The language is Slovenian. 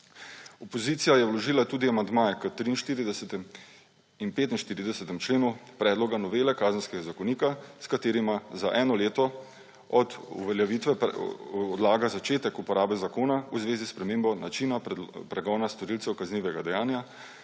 Opozicija je vložila tudi amandmaje k 43. in 45. členu predloga novele Kazenskega zakonika, s katerima za eno leto od uveljavitve odlaga začetek uporabe zakona v zvezi s spremembo načina pregona storilcev kaznivega dejanja